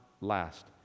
last